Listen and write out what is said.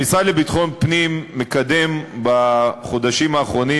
המשרד לביטחון הפנים מקדם בחודשים האחרונים